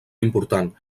important